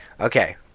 Okay